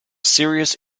serious